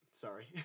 Sorry